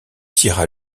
tira